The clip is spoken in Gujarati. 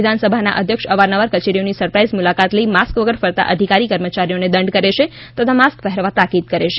વિધાનસભાના અધ્યક્ષ અવારનવાર કચેરીઓની સરપ્રાઇઝ મુલાકાત લઇ માસ્ક વગર ફરતા અધિકારી કર્મચારીઓને દંડ કરે છે તથા યોગ્ય માસ્ક પહેરવા તાકીદ કરે છે